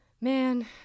Man